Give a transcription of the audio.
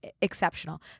exceptional